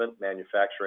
manufacturing